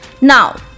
Now